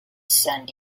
send